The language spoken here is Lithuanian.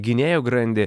gynėjų grandį